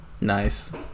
Nice